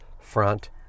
front